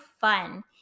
fun